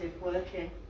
working